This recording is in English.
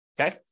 okay